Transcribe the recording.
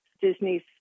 Disney's